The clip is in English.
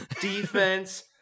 defense